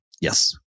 Yes